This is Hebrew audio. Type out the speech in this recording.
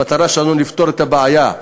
המטרה שלנו היא לפתור את הבעיה,